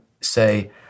say